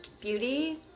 beauty